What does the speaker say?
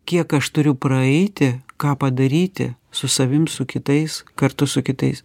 kiek aš turiu praeiti ką padaryti su savim su kitais kartu su kitais